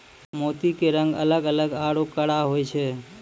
मोती के रंग अलग अलग आरो कड़ा होय छै